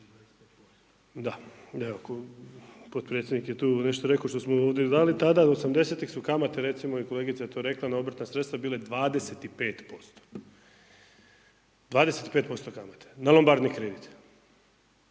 evo, potpredsjednik je tu nešto rekao što smo ovdje .../Govornik se ne razumije./... tada, '80.-tih su kamate recimo i kolegica je to rekla na obrtna sredstva bile 25%, 25% kamate na lombardni kredit.